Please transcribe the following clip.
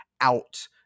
out